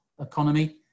economy